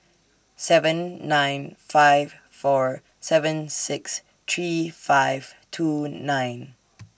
seven nine five four seven six three five two nine